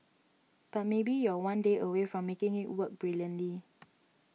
but maybe you're one day away from making it work brilliantly